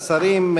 השרים,